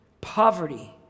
poverty